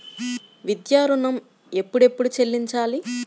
విద్యా ఋణం ఎప్పుడెప్పుడు చెల్లించాలి?